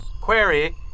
Query